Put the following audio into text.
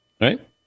Right